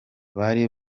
bari